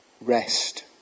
rest